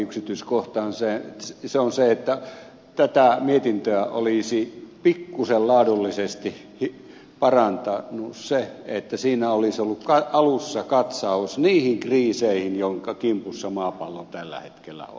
se on se että tätä mietintöä olisi pikkuisen laadullisesti parantanut se että siinä olisi ollut alussa katsaus niihin kriiseihin joiden kimpussa maapallo tällä hetkellä on